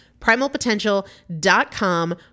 Primalpotential.com